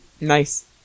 Nice